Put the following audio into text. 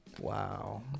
Wow